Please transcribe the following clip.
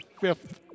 fifth